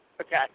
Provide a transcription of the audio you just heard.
Okay